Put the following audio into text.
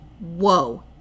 whoa